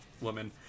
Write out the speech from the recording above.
woman